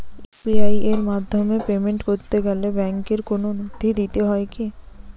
UPI এর মাধ্যমে payment করতে গেলে ব্যাংকের কোন নথি দিতে হয় কি?